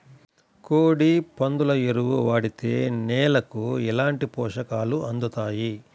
కోడి, పందుల ఎరువు వాడితే నేలకు ఎలాంటి పోషకాలు అందుతాయి